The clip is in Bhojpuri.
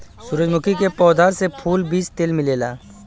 सूरजमुखी के पौधा से फूल, बीज तेल मिलेला